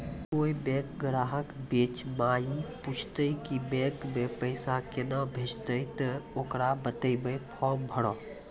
कोय बैंक ग्राहक बेंच माई पुछते की बैंक मे पेसा केना भेजेते ते ओकरा बताइबै फॉर्म भरो